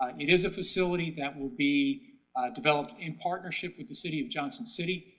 um it is a facility that will be developed in partnership with the city of johnson city.